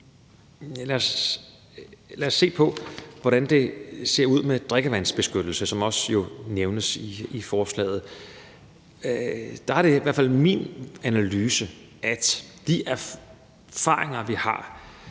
Lad os se på, hvordan det ser ud med drikkevandsbeskyttelse, som jo også nævnes i forslaget. Der er det i hvert fald min analyse, at de erfaringer, vi har